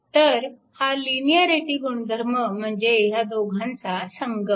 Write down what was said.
तर हा लिनिअरिटी गुणधर्म म्हणजे ह्या दोघांचा संगम आहे